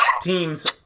teams